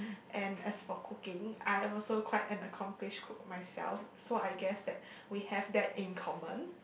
and as for cooking I also quite an accomplish cook for myself so I guess that we have that in common